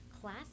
class